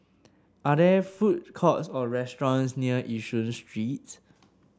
are there food courts or restaurants near Yishun Street